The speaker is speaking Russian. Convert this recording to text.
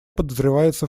подозревается